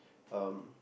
um